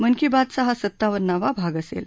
मन की बातचा हा सत्तावन्नावा भाग असेल